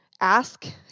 ask